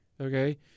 okay